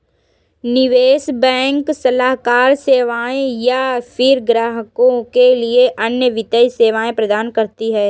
निवेश बैंक सलाहकार सेवाएँ या फ़िर ग्राहकों के लिए अन्य वित्तीय सेवाएँ प्रदान करती है